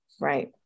Right